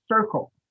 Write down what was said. circle